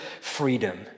freedom